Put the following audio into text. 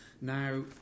Now